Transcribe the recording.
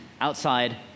outside